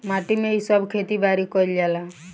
माटी में ही सब खेती बारी कईल जाला